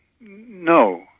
No